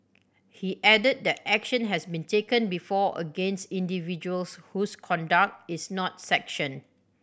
he added that action has been taken before against individuals whose conduct is not sanctioned